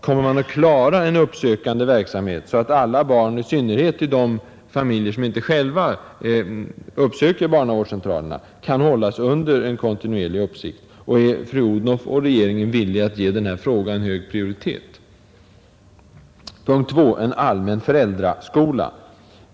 Kommer man att klara den uppsökande verksamheten så att alla barn, i synnerhet i de familjer som inte själva uppsöker barnavårdscentralen, kan hållas under en kontinuerlig uppsikt? Är fru Odhnoff och regeringen villiga att ge denna fråga hög prioritet? Punkt 2 gäller en allmän föräldraskola.